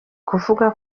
kuvuga